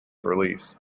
release